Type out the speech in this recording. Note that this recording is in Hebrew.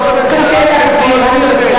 חבר הכנסת יואל חסון?